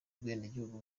ubwenegihugu